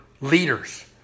leaders